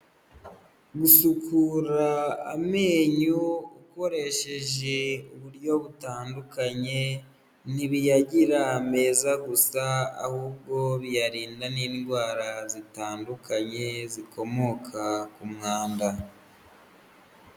Gusukura amenyo ukoresheje uburyo butandukanye ntibiyagira ameza gusa, ahubwo biyarinda n'indwara zitandukanye zikomoka ku mwanda.